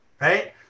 Right